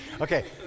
Okay